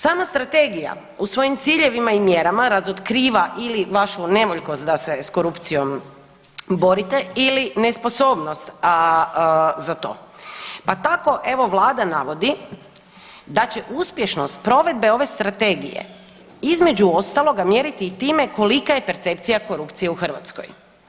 Sama strategija u svojim ciljevima i mjerama razotkriva ili vašu nevoljkost da se s korupcijom borite ili nesposobnost za to, pa tako evo vlada navodi da će uspješnost provedbe ove strategije između ostaloga mjeriti i time kolika je percepcija korupcije u Hrvatskoj.